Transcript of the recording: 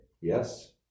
Yes